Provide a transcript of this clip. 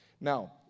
Now